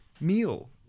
meal